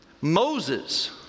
Moses